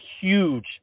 huge